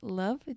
love